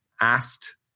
asked